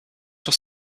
sur